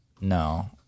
No